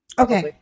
Okay